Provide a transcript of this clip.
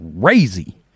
crazy